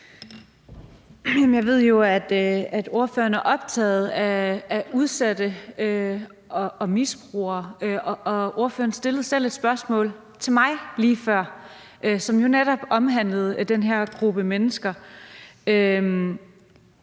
Jeg ved jo, at ordføreren er optaget af udsatte og misbrugere, og ordføreren stillede selv et spørgsmål til mig lige før, som netop handlede om den her gruppe mennesker.